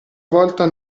volta